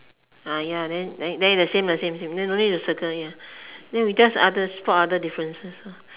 ya then the same same don't need to circle then we just others spot other difference